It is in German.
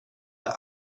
der